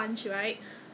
我我跟你现